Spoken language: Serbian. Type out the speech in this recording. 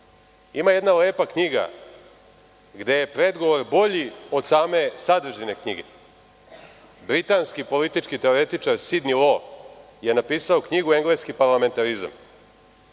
Ima jedna lepa knjiga gde je predgovor bolji od same sadržine knjige. Britanski politički teoretičar Sidni Lo je napisao knjigu „Engleski parlamentarizam“.